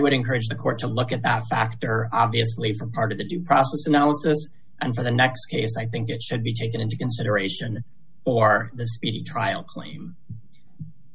would encourage the court to look at that factor obviously part of the due process analysis and for the next i think it should be taken into consideration or the speedy trial